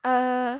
err